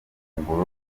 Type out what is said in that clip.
ifunguro